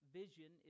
vision